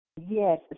Yes